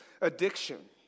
addiction